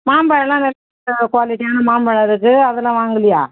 மாம்பழம்லாம் குவாலிட்டியான மாம்பழம் இருக்குது அதெலாம் வாங்கலையா